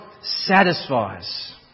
satisfies